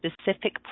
specific